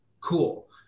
Cool